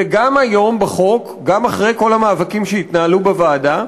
וגם היום בחוק, אחרי כל המאבקים שהתנהלו בוועדה,